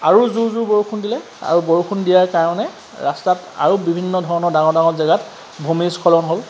আৰু জোৰ জোৰ বৰষুণ দিলে আৰু বৰষুণ দিয়াৰ কাৰণে ৰাস্তাত আৰু বিভিন্ন ধৰণৰ ডাঙৰ ডাঙৰ জেগাত ভূমিস্খলন হ'ল